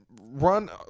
run